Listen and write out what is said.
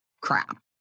crap